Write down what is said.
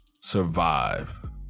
survive